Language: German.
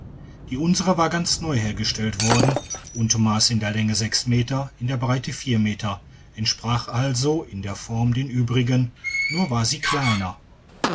die unsere war ganz neu hergestellt worden und mass in der länge sechs meter in der breite vier meter entsprach also in der form den übrigen nur war sie kleiner